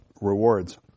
rewards